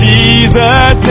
Jesus